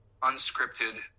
unscripted